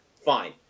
Fine